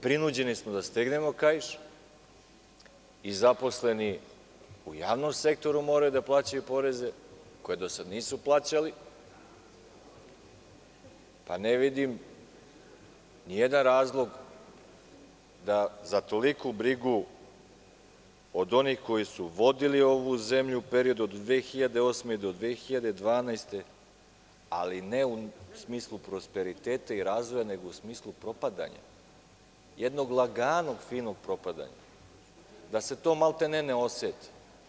Prinuđeni smo da stegnemo kaiš i zaposleni u javnom sektoru moraju da plaćaju poreze koje do sada nisu plaćali, pa ne vidim nijedan razlog za toliku brigu od onih koji su vodili ovu zemlju u periodu od 2008. do 2012. godine, ali ne u smislu prosperiteta i razvoja, nego u smislu propadanja, jednog laganog, finog propadanja, da se to maltene ne oseti.